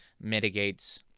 mitigates